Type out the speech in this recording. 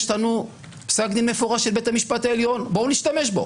יש לנו פסק דין מפורש של בית משפט עליון בואו נשתמש בו,